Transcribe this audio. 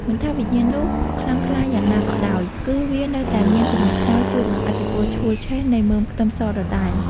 មិនថាវិញ្ញាណនោះខ្លាំងក្លាយ៉ាងណាក៏ដោយគឺវានៅតែមានចំណុចខ្សោយជួបនឹងឥទ្ធិពលឆួលឆេះនៃមើមខ្ទឹមសដដែល។